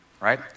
right